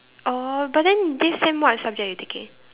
oh but then this sem what subject you taking